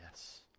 Yes